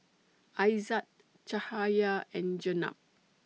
Aizat Jahaya and Jenab